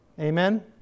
Amen